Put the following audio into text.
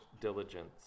diligence